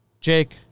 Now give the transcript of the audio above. Jake